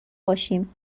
باشیم